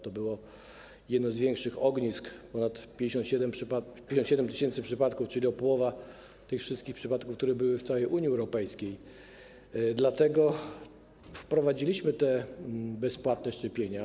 To było jedno z większych ognisk, ponad 57 tys. przypadków, czyli połowa wszystkich przypadków, które były w całej Unii Europejskiej, dlatego wprowadziliśmy te bezpłatne szczepienia.